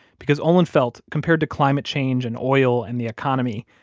because olin felt, compared to climate change and oil and the economy,